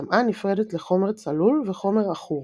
החמאה נפרדת לחומר צלול וחומר עכור.